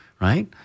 right